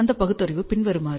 அந்த பகுத்தறிவு பின்வருமாறு